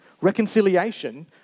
Reconciliation